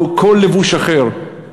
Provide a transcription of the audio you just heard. או כל לבוש אחר,